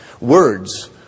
words